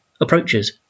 approaches